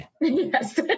Yes